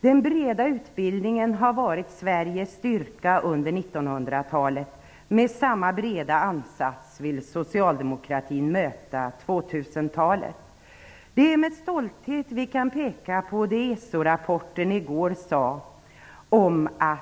Den breda utbildningen har varit Sveriges styrka under 1900-talet. Med samma breda ansats vill socialdemokratin möta 2000-talet. Det är med stolthet vi kan peka på vad ESO rapporten i går sade om att